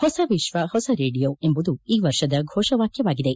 ಹೊಸ ವಿಶ್ವ ಹೊಸ ರೇಡಿಯೋ ಎಂಬುದು ಈ ವರ್ಷದ ಘೋಷವಾಕ್ಕವಾಗಿದೆ